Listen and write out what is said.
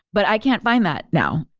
but i can't find that now.